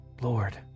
Lord